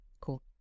Cool